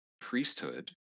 priesthood